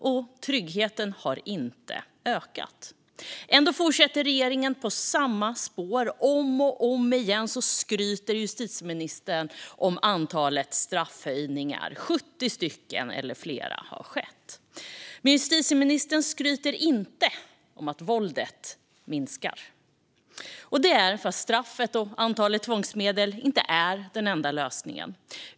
Och tryggheten har inte ökat. Ändå fortsätter regeringen på samma spår. Om och om igen skryter justitieministern över antalet straffhöjningar - 70 sådana, eller fler, har skett. Men justitieministern skryter inte om att våldet minskar. Det är för att straffet och antalet tvångsmedel inte är den enda lösningen.